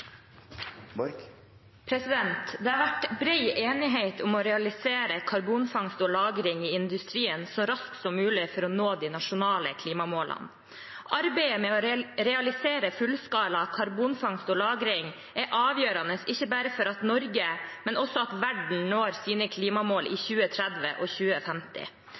framover. Det har vært bred enighet om å realisere karbonfangst og -lagring i industrien så raskt som mulig for å nå de nasjonale klimamålene. Arbeidet med å realisere fullskala karbonfangst og -lagring er avgjørende ikke bare for at Norge, men også verden når sine klimamål i 2030 og 2050.